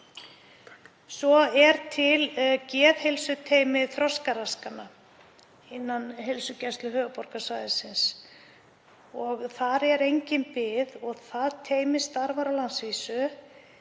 Svo er til geðheilsuteymi þroskaraskana innan Heilsugæslu höfuðborgarsvæðisins og þar er engin bið. Það teymi starfar á landsvísu,